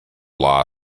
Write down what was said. law